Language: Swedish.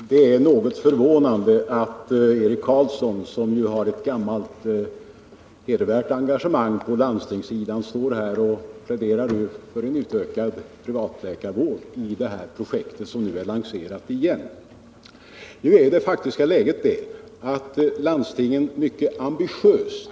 Herr talman! Det är något förvånande att Eric Carlsson, som har ett gammalt hedervärt engagemang på landstingssidan, står här och pläderar för en utökad privat läkarvård i det projekt som nu igen har lanserats. Nu är det faktiska läget att landstingen mycket ambitiöst